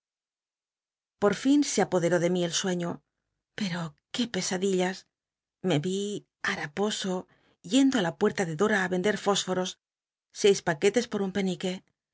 por nn se apoderó de mi el sueño pero qué pesadillas me vi haraposo yendo á la puerta de dora ti render fósforos seis paquetes pot un